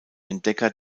entdecker